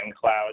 Cloud